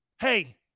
Hey